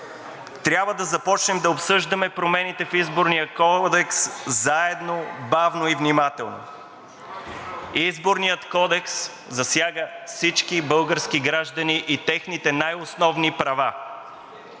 Трябва да започнем да обсъждаме промените в Изборния кодекс заедно, бавно и внимателно. Изборният кодекс засяга всички български граждани и техните най-основни права.